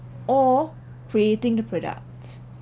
or creating the products